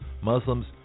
Muslims